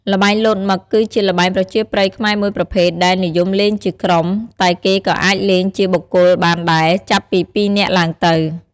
ល្បែងលោតមឹក គឺជាល្បែងប្រជាប្រិយខ្មែរមួយប្រភេទដែលនិយមលេងជាក្រុម តែគេក៏អាចលេងជាបុគ្គលបានដែរចាប់ពីពីរនាក់ឡើងទៅ។